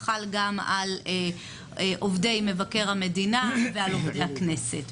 זה חל גם על עובדי מבקר המדינה ועל עובדי הכנסת,